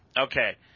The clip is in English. Okay